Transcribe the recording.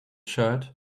shirt